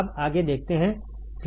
अब आगे देखते हैं